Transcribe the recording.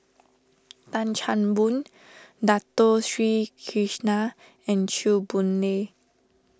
Tan Chan Boon Dato Sri Krishna and Chew Boon Lay